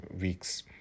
weeks